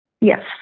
Yes